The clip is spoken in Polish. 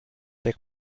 jak